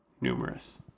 numerous